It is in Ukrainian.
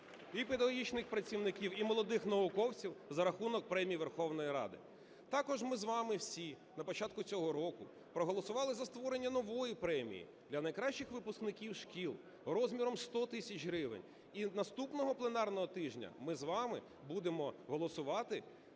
і педагогічних працівників, і молодих науковців за рахунок премій Верховної Ради. Також ми з вами всі на початку цього року проголосували за створення нової премії - для найкращих випускників шкіл розміром 100 тисяч гривень. І наступного пленарного тижня ми з вами будемо голосувати